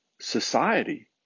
society